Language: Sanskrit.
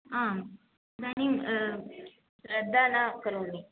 आम् इदानीं श्रद्धा न करोमि